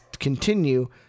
Continue